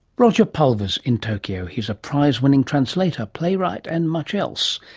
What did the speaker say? roger pulvers in tokyo. he is a prize-winning translator, playwright, and much else.